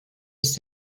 ist